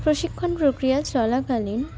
প্রশিক্ষণ প্রক্রিয়া চলাকালীন